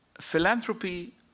philanthropy